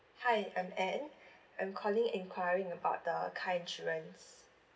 hi I'm ann I'm calling enquiring about the car insurance